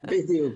בדיוק.